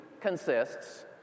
consists